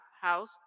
house